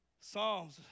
Psalms